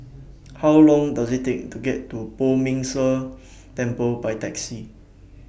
How Long Does IT Take to get to Poh Ming Tse Temple By Taxi